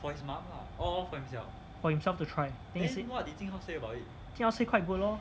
for himself to try then he said jing hao say quite good lor